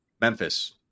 Memphis